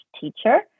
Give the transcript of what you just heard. teacher